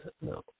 no